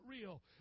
real